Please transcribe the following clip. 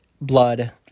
Blood